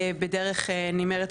בדרך נמהרת,